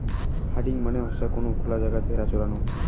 herding মানে হসে কোন খোলা জায়গাত ভেড়া চরানো